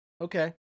Okay